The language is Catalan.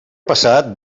passat